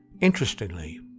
Interestingly